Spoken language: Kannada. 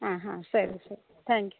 ಹಾಂ ಹಾಂ ಸರಿ ಸರಿ ತ್ಯಾಂಕ್ ಯು